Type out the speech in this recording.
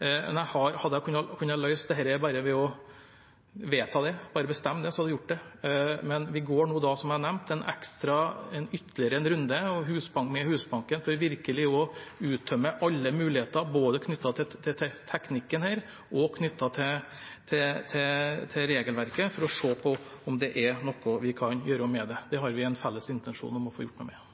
Hadde jeg kunnet løse dette ved bare å vedta det, bare bestemme det, hadde jeg gjort det. Men vi går nå, som jeg nevnte, ytterligere en runde med Husbanken for virkelig å uttømme alle muligheter, både knyttet til teknikken og knyttet til regelverket, for å se om det er noe vi kan gjøre med det. Vi har en felles intensjon om å få gjort noe med